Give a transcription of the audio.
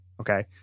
Okay